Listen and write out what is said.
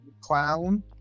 clown